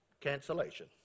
cancellation